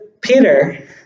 Peter